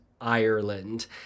Ireland